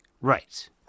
right